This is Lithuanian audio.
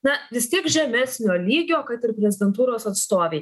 na vis tiek žemesnio lygio kad ir prezidentūros atstovei